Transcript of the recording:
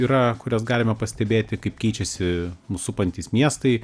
yra kurias galime pastebėti kaip keičiasi mus supantys miestai